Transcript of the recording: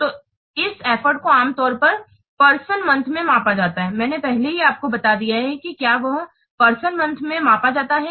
तो इस एफर्ट को आम तौर पर पर्सन मंथ मे मापा जाता है मैंने पहले ही आपको बता दिया है कि क्या वह पर्सन मंथ में मापा जाता है